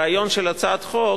הרעיון של הצעת החוק,